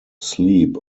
sleep